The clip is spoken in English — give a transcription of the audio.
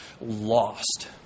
lost